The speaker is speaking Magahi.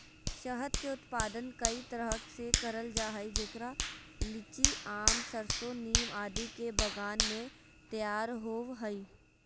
शहद के उत्पादन कई तरह से करल जा हई, जेकरा लीची, आम, सरसो, नीम आदि के बगान मे तैयार होव हई